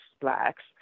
Blacks